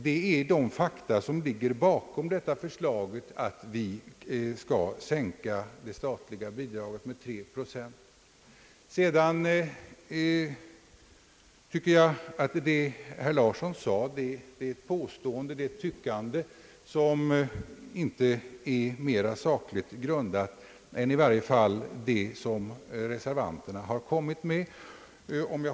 Det är dessa fakta som ligger bakom förslaget att vi skall sänka det statliga bidraget med 3 procent. Mycket av vad herr Larsson sade är påståenden och tyckanden, som i varje fall inte är mer sakligt grundade än det som jag som reservant har kommit med.